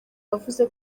yavuze